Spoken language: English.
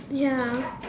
ya